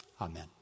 amen